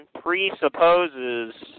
presupposes